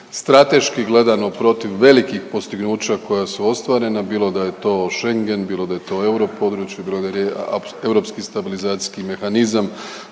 strateški gledano protiv velikih postignuća koja su ostvarena bilo da je to Schengen, bilo da je to europodručje, bilo da je Europski stabilizacijski mehanizam,